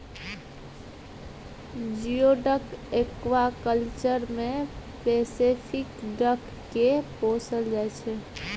geoduck aquaculture मे Pacific duck केँ पोसल जाइ छै